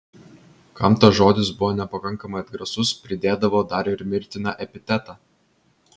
kam tas žodis buvo nepakankamai atgrasus pridėdavo dar ir mirtiną epitetą